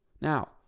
Now